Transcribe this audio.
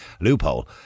loophole